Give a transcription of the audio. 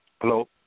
Hello